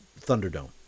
Thunderdome